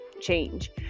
change